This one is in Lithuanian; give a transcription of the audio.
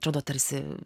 atrodo tarsi